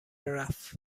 رفت